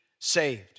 saved